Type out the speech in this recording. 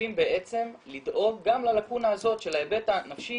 מחויבים בעצם לדאוג גם ללקונה הזאת של ההיבט הנפשי